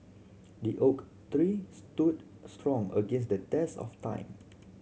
the oak three stood strong against the test of time